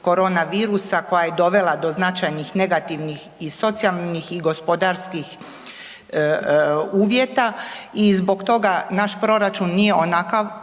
koja je dovela do značajnih negativnih i socijalnih i gospodarskih uvjeta i zbog toga naš proračun nije onakav